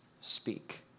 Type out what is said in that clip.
speak